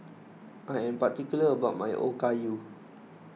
I am particular about my Okayu